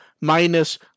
minus